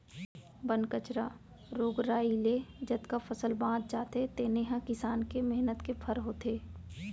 बन कचरा, रोग राई ले जतका फसल बाँच जाथे तेने ह किसान के मेहनत के फर होथे